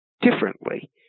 differently